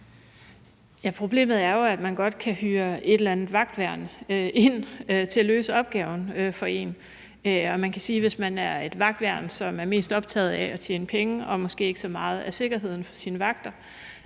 Problemet er jo, at man godt kan hyre et eller andet vagtværn ind til at løse opgaven for en. Og man kan sige, at hvis man er et vagtværn, som er mest optaget af at tjene penge og måske ikke så meget er optaget af sikkerheden for sine vagter